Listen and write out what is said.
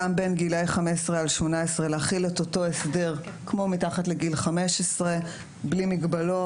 גם בין גילאי 15 עד 18 להחיל את אותו הסדר כמו מתחת לגיל 15 בלי מגבלות.